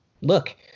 look